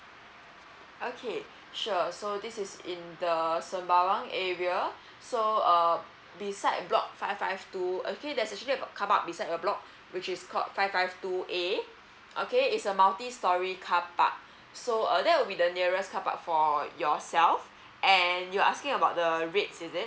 okay sure so this is in the sembawang area so uh beside block five five two okay there's actually uh car park beside a block which is called five five two A okay it's a multi storey car park so uh that will be the nearest car park for yourself and you're asking about the rates is it